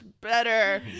better